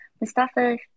Mustafa